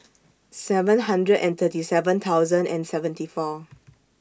seven hundred and thirty seven thousand and seventy four